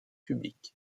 public